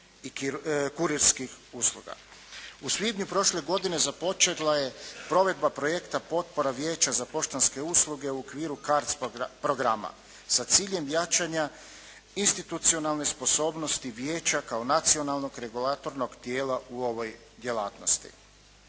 U svibnju prošle godine započela je provedba projekta potpora Vijeća za poštanske usluge u okviru KARC programa sa ciljem jačanja institucionalne sposobnosti vijeća kao nacionalnog regulatornog tijela u ovoj djelatnosti.